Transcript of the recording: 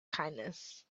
kindness